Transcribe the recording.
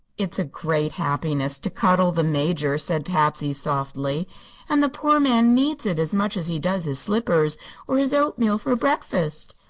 it's a great happiness to cuddle the major, said patsy, softly and the poor man needs it as much as he does his slippers or his oatmeal for breakfast.